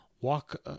Walk